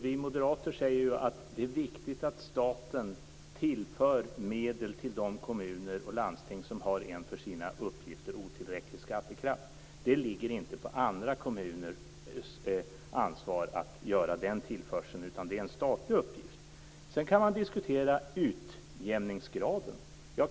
Vi moderater säger också att det är viktigt att staten tillför medel till de kommuner och landsting som har en för sina uppgifter otillräcklig skattekraft. Det ligger inte på andra kommuners ansvar att göra den tillförseln, utan det är en statlig uppgift. Sedan kan man diskutera utjämningsgraden.